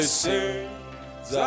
sins